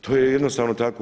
To je jednostavno tako.